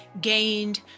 gained